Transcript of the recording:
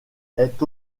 est